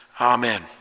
Amen